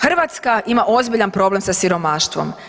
Hrvatska ima ozbiljan problem sa siromaštvom.